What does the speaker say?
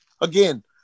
Again